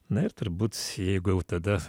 na ir turbūt jeigu jau tada